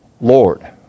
Lord